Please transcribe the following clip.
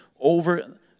over